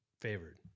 favored